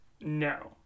No